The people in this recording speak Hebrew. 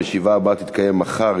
הישיבה הבאה תתקיים מחר,